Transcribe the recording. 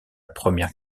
première